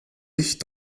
ich